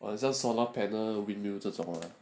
晚上 solar panel 这种人